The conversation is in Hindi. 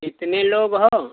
कितने लोग हो